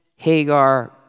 Hagar